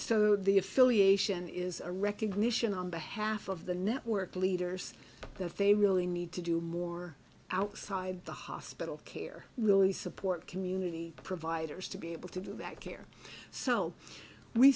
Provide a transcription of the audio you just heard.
so the affiliation is a recognition on behalf of the network leaders that they really need to do more outside the hospital care really support community providers to be able to do that care so we